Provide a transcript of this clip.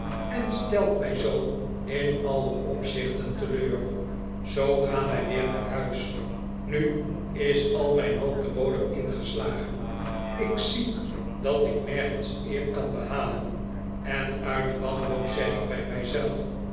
en stelt mij zoo in alle opzichten teleur zoo gaan wij weer naar huis nu is al mijn hoop de bodem ingeslagen ik zie dat ik nergens eer kan behalen en uit wanhoop zeg ik bij